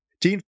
Dean